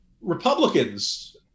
Republicans